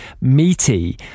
meaty